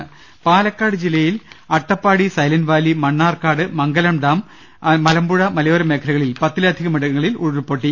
രുട്ടിട്ട്ട്ട്ട്ട്ട പാലക്കാട് ജില്ലയിൽ Attappadi Silent Valley Mannarkkad Mangalam dam Malampuzha മലയോര മേഖലകളിൽ പത്തിലധികം ഇടങ്ങളിൽ ഉരുൾ പൊട്ടി